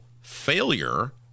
failure